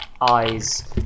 eyes